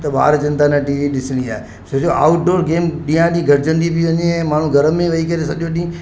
त ॿार चवनि था न टी वी ॾिसणी आहे छो जो आउट डोर गेम ॾींहुं ॾींहुं घटिजंदी थी वञे ऐं माण्हू घर में वेई करे सॼो ॾींहुं